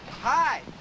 Hi